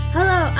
Hello